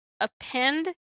append